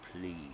please